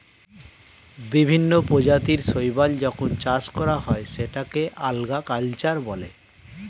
বিভিন্ন প্রজাতির শৈবাল যখন চাষ করা হয় সেটাকে আল্গা কালচার বলে